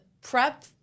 prep